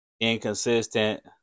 inconsistent